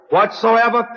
Whatsoever